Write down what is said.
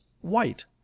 white